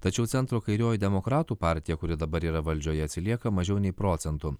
tačiau centro kairioji demokratų partija kuri dabar yra valdžioje atsilieka mažiau nei procentu